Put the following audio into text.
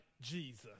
Jesus